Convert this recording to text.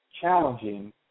challenging